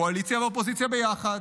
קואליציה ואופוזיציה ביחד.